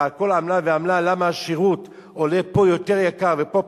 ועל כל עמלה ועמלה למה השירות עולה פה יותר יקר ופה פחות,